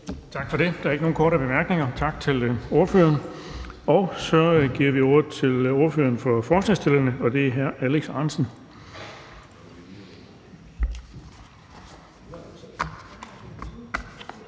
Tak for det. Der er ikke nogen korte bemærkninger. Tak til ordføreren. Så giver vi ordet til ordføreren for forslagsstillerne, og det er hr. Alex Ahrendtsen.